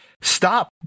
stop